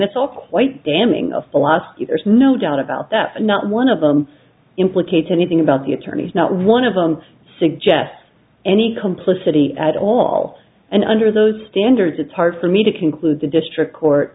that's all quite damning a philosophy there's no doubt about that not one of them implicates anything about the attorneys not one of them suggests any complicity at all and under those standards it's hard for me to conclude the district court